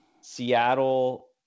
Seattle